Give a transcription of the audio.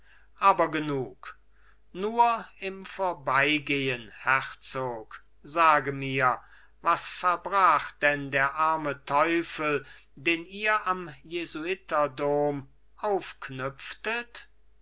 aber genug nur im vorbeigehen herzog sage mir was verbrach denn der arme teufel den ihr am jesuiterdom aufknüpftet